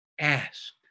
Ask